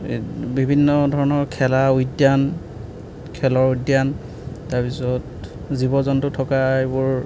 বিভিন্ন ধৰণৰ খেলা উদ্যান খেলৰ উদ্যান তাৰ পিছত জীৱ জন্তু থকা এইবোৰ